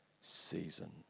season